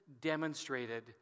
demonstrated